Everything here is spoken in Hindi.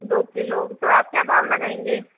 दो किलो तो आप क्या भाव लगाएंगे